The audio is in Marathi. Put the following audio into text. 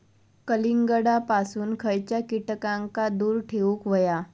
कलिंगडापासून खयच्या कीटकांका दूर ठेवूक व्हया?